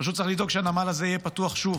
פשוט צריך לדאוג שהנמל הזה יהיה פתוח שוב.